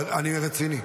אני רציני,